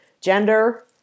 Gender